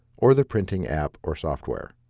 or the printing app or software.